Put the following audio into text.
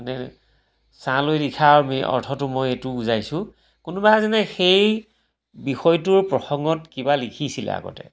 মানে ছাঁ লৈ লিখা অৰ্থটো মই এইটো বুজাইছোঁ কোনোবা এজনে সেই বিষয়টোৰ প্ৰসংগত কিবা লিখিছিলে আগতে